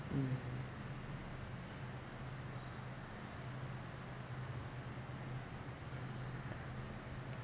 mm